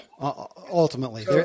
ultimately